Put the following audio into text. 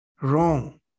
wrong